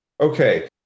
Okay